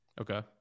Okay